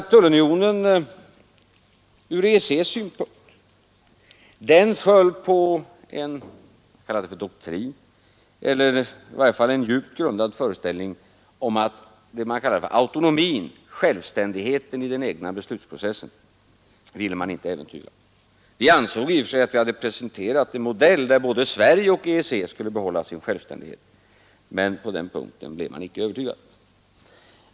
Tullunionen föll på en doktrin, en djupt grundad f att E beslutsprocessen. Vi ansåg i och för sig att vi hade presenterat en modell enligt vilken både Sverige och EEC skulle behålla sin självständighet, men på den punkten blev motparten icke övertygad.